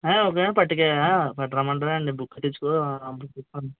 ఒకవేళ పట్టుక ఆ పట్టుకు రమ్మంటానండి బుక్స్ తెచ్చుకో